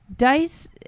Dice